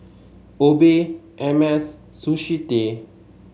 Obey Hermes Sushi Tei